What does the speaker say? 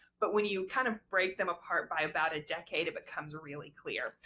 but when you, kind of, break them apart by about a decade it becomes really clear,